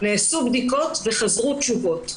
נעשו בדיקות וחזרו תשובות.